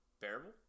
Bearable